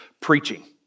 preaching